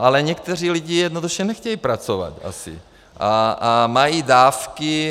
Ale někteří lidé jednoduše asi nechtějí pracovat a mají dávky.